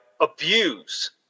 Abuse